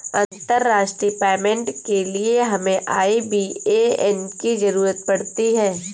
अंतर्राष्ट्रीय पेमेंट के लिए हमें आई.बी.ए.एन की ज़रूरत पड़ती है